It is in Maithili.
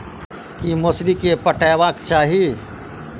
की मौसरी केँ पटेबाक चाहि?